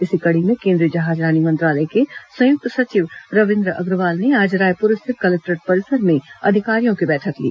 इसी कड़ी में केंद्रीय जहाजरानी मंत्रालय के संयुक्त सचिव रविन्द्र अग्रवाल ने आज रायपुर स्थित कलेक्टोरेट परिसर में अधिकारियों की बैठक ली